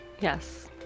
Yes